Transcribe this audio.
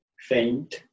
Faint